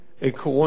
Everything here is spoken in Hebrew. עקרונית,